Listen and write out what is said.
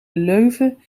leuven